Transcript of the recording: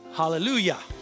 hallelujah